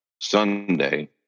sunday